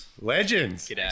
Legends